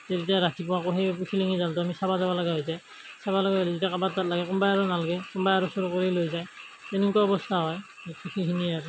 তেতিয়া ৰাতিপুৱা আকৌ সেই পুঠি লাঙি জালটো আমি চাব যাব লগা হৈ যায় চাব লগা হ'লে তেতিয়া কাৰোবাৰ তাত লাগে কোনোবাই আৰু নালগে কোনোবাই আৰু চোৰ কৰি লৈ যায় তেনেকুৱা অৱস্থা হয় সেইখিনিয়ে আৰু